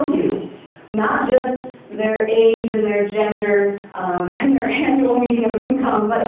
not just their age and their gender and their annual median income, but it